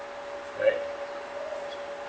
right